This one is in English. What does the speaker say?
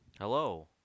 Hello